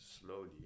slowly